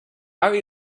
are